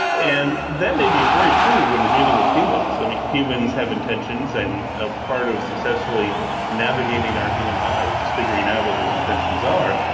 and that may be very true when we are dealing with humans. humans have intentions, and ah part of successfully navigating our human lives is figuring out what those intentions are.